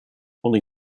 only